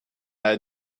had